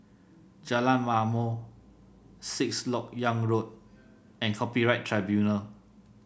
Jalan Ma'mor Sixth LoK Yang Road and Copyright Tribunal